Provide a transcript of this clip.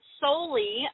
solely